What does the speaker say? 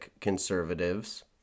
conservatives